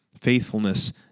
Faithfulness